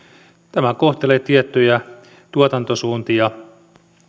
tämä kohtelee tiettyjä tuotantosuuntia